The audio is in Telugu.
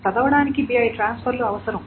చదవడానికి bi ట్రాన్స్ఫర్ లు అవసరం